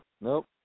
nope